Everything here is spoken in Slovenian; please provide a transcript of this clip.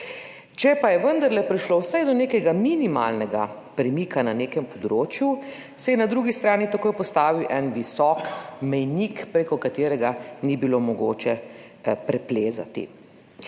Če pa je vendarle prišlo vsaj do nekega minimalnega premika na nekem področju, se je na drugi strani takoj postavil en visok mejnik, preko katerega ni bilo mogoče preplezati.